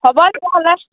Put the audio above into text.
হ'ব তেনেহ'লে